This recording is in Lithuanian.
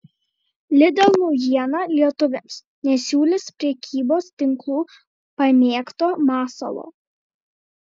lidl naujiena lietuviams nesiūlys prekybos tinklų pamėgto masalo